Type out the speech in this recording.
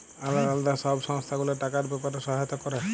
আলদা আলদা সব সংস্থা গুলা টাকার ব্যাপারে সহায়তা ক্যরে